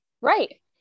Right